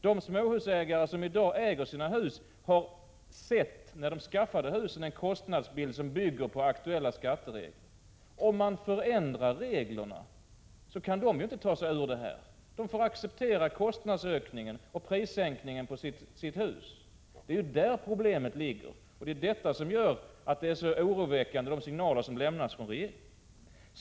De småhusägare som i dag äger sina hus såg när de skaffade husen en kostnadsbild som bygger på aktuella skatteregler. Om man förändrar reglerna kan dessa småhusägare inte ta sig ur detta. De får acceptera kostnadsökningen och prissänkningen på sina hus. Det är ju där problemet ligger, och det är detta som gör att de signaler som lämnas från regeringen är så oroväckande.